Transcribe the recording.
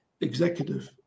executive